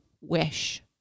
wish